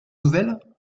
nouvelles